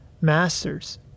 Masters